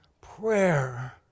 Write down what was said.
prayer